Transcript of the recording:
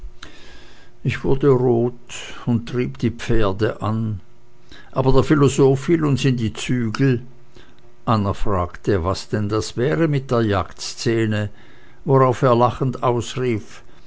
ich wurde rot und trieb die pferde an aber der philosoph fiel uns in die zügel anna fragte was denn das wäre mit der jagdszene worauf er lachend ausrief